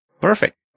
Perfect